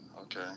Okay